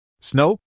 Snow